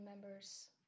members